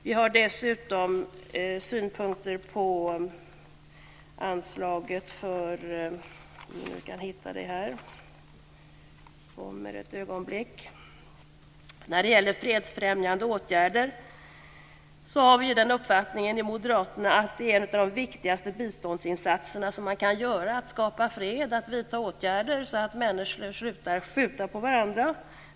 Vi har dessutom synpunkter på anslaget när det gäller fredsfrämjande åtgärder. Vi har den uppfattningen i Moderaterna att en av de viktigaste biståndsinsatser som man kan göra är att skapa fred och att vidta åtgärder så att människor slutar skjuta på varandra.